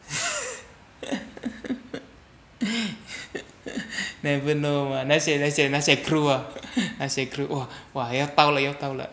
never know ah 那些那些那些 crew ah 那些 crew !wah! 要到了要到了